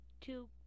two